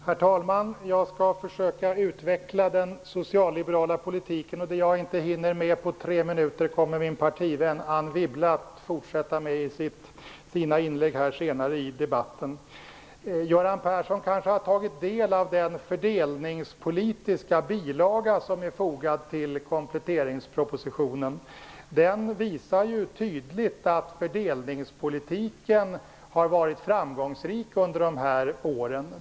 Herr talman! Jag skall försöka utveckla den socialliberala politiken. Det jag inte hinner med på tre minuter kommer min partivän Anne Wibble att fortsätta med i sina inlägg senare i debatten. Göran Persson kanske har tagit del av den fördelningspolitiska bilaga som är fogad till kompletteringspropositionen. Den visar tydligt att fördelningspolitiken har varit framgångsrik under dessa år.